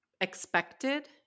expected